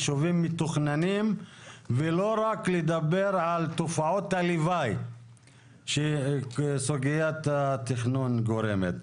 ישובים מתוכננים ולא רק לדבר על תופעות הלוואי שגורמת סוגיית התכנון.